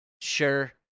sure